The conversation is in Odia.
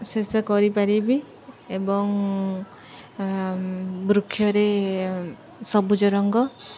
ଶେଷ କରିପାରିବି ଏବଂ ବୃକ୍ଷରେ ସବୁଜ ରଙ୍ଗ